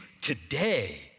today